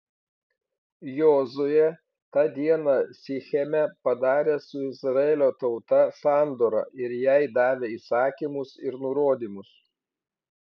jozuė tą dieną sicheme padarė su izraelio tauta sandorą ir jai davė įsakymus ir nurodymus